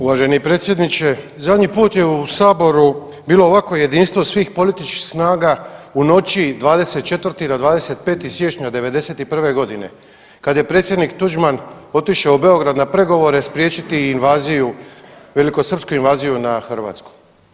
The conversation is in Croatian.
Uvaženi predsjedniče, zadnji put je u Saboru bilo ovako jedinstvo svih političkih snaga u noći 24. na 25. siječnja '91. g. kada je predsjednik Tuđman otišao u Beograd na pregovore spriječiti invaziju, velikosrpsku invaziju na Hrvatsku.